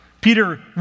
Peter